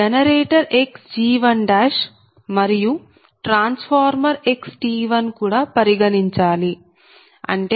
generator xg1 మరియు transformer xT1 కూడా పరిగణించాలి అంటే 0